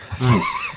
Nice